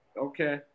Okay